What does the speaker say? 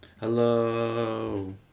Hello